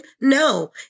No